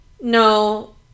No